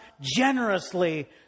generously